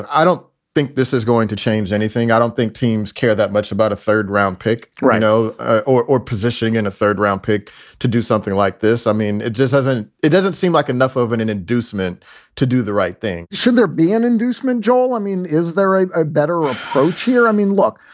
i don't think this is going to change anything, i don't think teams care that much about a third round pick rhino or or position in a third round pick to do something like this. i mean, it just doesn't it doesn't seem like enough of and an inducement to do the right thing should there be an inducement? joel, i mean, is there a better approach here? i mean, look,